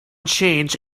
change